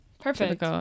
Perfect